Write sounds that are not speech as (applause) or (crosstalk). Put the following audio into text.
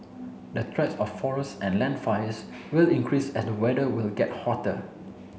the (unintelligible) of forest and land fires will increase at the weather will get hotter